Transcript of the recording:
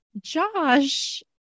Josh